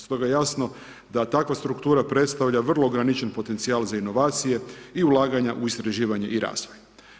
Stoga je jasno da takva struktura predstavlja vrlo ograničen potencijal za inovacije i ulaganja u istraživanje i razvoj.